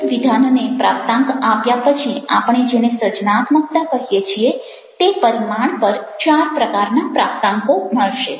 દરેક વિધાનને પ્રાપ્તાંક આપ્યા પછી આપણે જેને સર્જનાત્મકતા કહીએ છીએ તે પરિમાણ પર ચાર પ્રકારના પ્રાપ્તાંકો માળશે